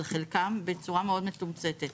על חלקם בצורה מאוד מתומצתת.